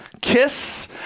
KISS